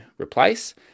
replace